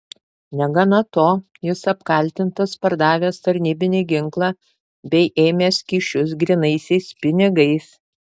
negana to jis apkaltintas pardavęs tarnybinį ginklą bei ėmęs kyšius grynaisiais pinigais